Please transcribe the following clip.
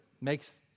makes